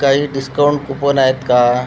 काही discount coupon आहेत का